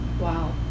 Wow